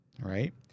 right